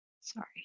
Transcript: Sorry